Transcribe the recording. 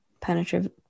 penetrative